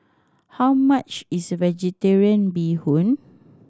how much is Vegetarian Bee Hoon